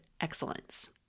excellence